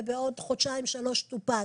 ובעוד חודשיים שלוש טופל,